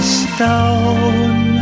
stone